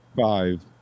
five